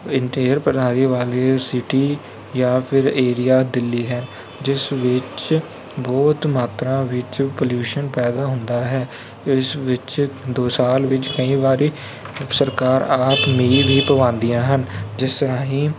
air ਪ੍ਰਣਾਲੀ ਵਾਲੀ city ਜਾਂ ਫਿਰ ਏਰੀਆ ਦਿੱਲੀ ਹੈ ਜਿਸ ਵਿੱਚ ਬਹੁਤ ਮਾਤਰਾ ਵਿੱਚ ਪੋਲਿਊਸ਼ਨ ਪੈਦਾ ਹੁੰਦਾ ਹੈ ਇਸ ਵਿੱਚ ਦੋ ਸਾਲ ਵਿੱਚ ਕਈ ਵਾਰੀ ਸਰਕਾਰ ਆਪ ਮੀਂਹ ਵੀ ਪਵਾਉਂਦੀਆਂ ਹਨ ਜਿਸ ਰਾਹੀਂ